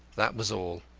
that was all.